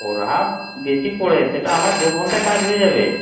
ওরা বেশি পড়ে সেটা আমার দু ঘন্টায় কাজ হয়ে যাবে